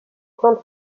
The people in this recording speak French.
camp